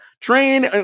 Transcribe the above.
train